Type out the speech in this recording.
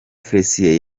félicien